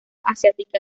asiática